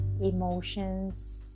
emotions